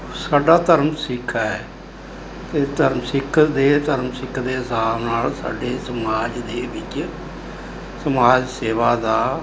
ਸਾਡਾ ਧਰਮ ਸਿੱਖ ਹੈ ਅਤੇ ਧਰਮ ਸਿੱਖ ਦੇ ਧਰਮ ਸਿੱਖ ਦੇ ਹਿਸਾਬ ਨਾਲ ਸਾਡੇ ਸਮਾਜ ਦੇ ਵਿੱਚ ਸਮਾਜ ਸੇਵਾ ਦਾ